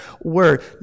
word